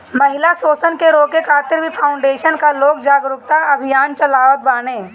महिला शोषण के रोके खातिर भी फाउंडेशन कअ लोग जागरूकता अभियान चलावत बाने